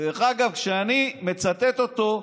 דרך אגב, כשאני מצטט אותו,